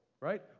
right